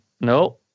no